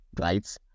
right